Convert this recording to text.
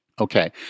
Okay